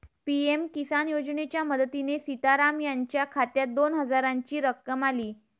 PM किसान योजनेच्या मदतीने सीताराम यांच्या खात्यात दोन हजारांची रक्कम आली